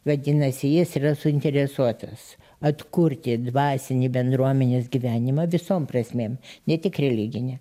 vadinasi jis yra suinteresuotas atkurti dvasinį bendruomenės gyvenimą visom prasmėm ne tik religine